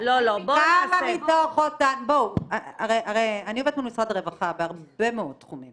כמה מתוך --- אני עבדתי עם משרד הרווחה בהרבה מאוד תחומים.